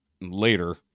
later